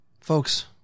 folks